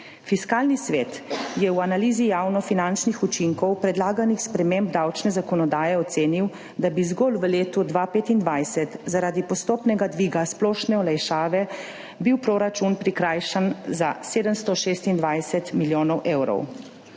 Fiskalni svet je v analizi javno finančnih učinkov predlaganih sprememb davčne zakonodaje ocenil, da bi **7. TRAK (VI) 10.30** (nadaljevanje) zgolj v letu 2025 zaradi postopnega dviga splošne olajšave bil proračun prikrajšan za 726 milijonov evrov.